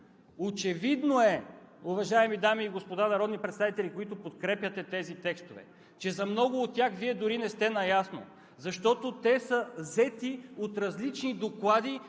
Очевидно е, уважаеми дами и господа народни представители, които подкрепяте тези текстове, че за много от тях Вие дори не сте наясно, защото те са взети от различни доклади